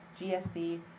GSC